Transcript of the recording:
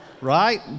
right